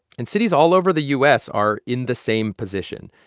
and cities all over the u s. are in the same position.